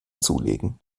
zulegen